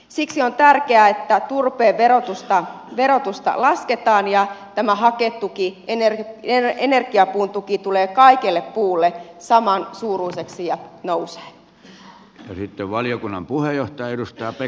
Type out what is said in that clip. siksi on tärkeää että turpeen verotusta lasketaan ja haketuki energiapuun tuki tulee kaikelle puulle samansuuruiseksi ja nousee